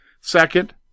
second